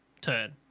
turn